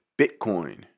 Bitcoin